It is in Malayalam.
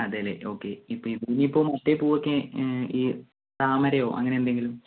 അതേ അല്ലേ ഒക്കെ ഇപ്പോൾ ഇനിയിപ്പോൾ മറ്റെ പൂവോക്കെ ഈ താമരയോ അങ്ങനെ എന്തെങ്കിലും